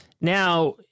Now